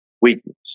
weakness